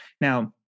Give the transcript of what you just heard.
now